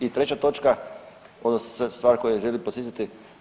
I treća točka odnosno stvar na koju želim podsjetiti.